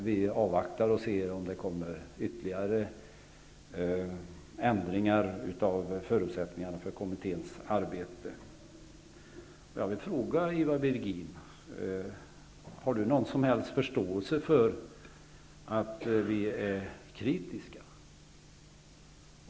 Vi avvaktar om det kommer ytterligare ändringar av förutsättningarna för kommitténs arbete. Jag vill fråga om Ivar Virgin har någon som helst förståelse för att vi är kritiska.